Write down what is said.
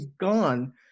gone